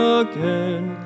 again